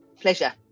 Pleasure